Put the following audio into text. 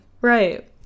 Right